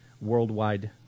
worldwide